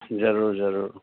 ज़रूरु ज़रूरु